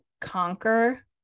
conquer